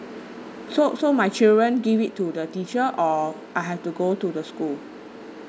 so so my children give it to the teacher or I have to go to the school